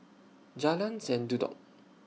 Jalan Sendudok